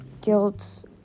guilt